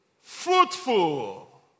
fruitful